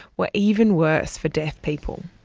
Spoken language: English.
were even worse for deaf people.